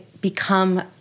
become